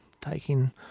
taking